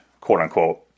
quote-unquote